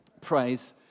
praise